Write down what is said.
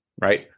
right